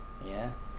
ya